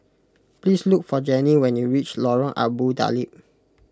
please look for Jenny when you reach Lorong Abu Talib